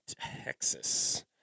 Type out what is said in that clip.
Texas